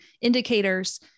indicators